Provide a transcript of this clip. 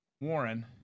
Warren